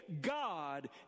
God